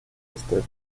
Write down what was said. estève